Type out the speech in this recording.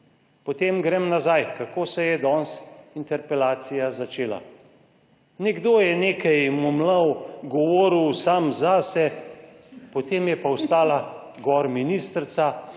Potem grem nazaj, kako se je danes interpelacija začela. Nekdo je nekaj momljal, govoril sam zase, potem je pa ostala gor ministrica